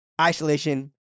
isolation